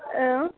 औ